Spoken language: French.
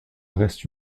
reste